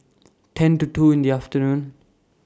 ten to two in The afternoon